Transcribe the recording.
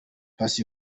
paccy